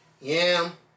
yam